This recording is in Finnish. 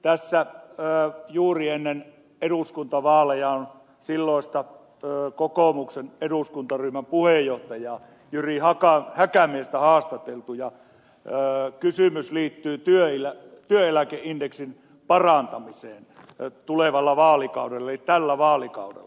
tässä juuri ennen eduskuntavaaleja on silloista kokoomuksen eduskuntaryhmän puheenjohtajaa jyri häkämiestä haastateltu ja kysymys liittyy työeläkeindeksin parantamiseen tulevalla vaalikaudella eli tällä vaalikaudella